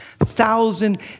thousand